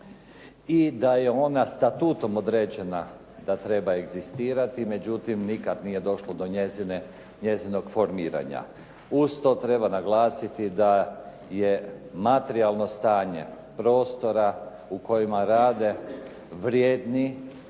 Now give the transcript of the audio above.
i da je ona Statutom određena da treba egzistirati. Međutim, nikada nije došlo do njezinog formiranja. Uz to treba naglasiti da je materijalno stanje prostora u kojima rade vrijedni